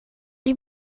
die